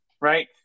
right